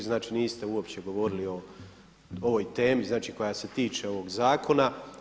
Znači niste uopće govorili o ovoj temi, znači koja se tiče ovog zakona.